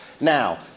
Now